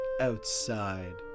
outside